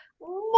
more